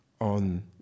on